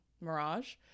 Mirage